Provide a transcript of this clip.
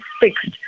fixed